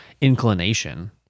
inclination